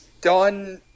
done –